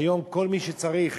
והיום כל מי שצריך